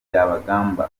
byabagamba